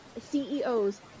CEOs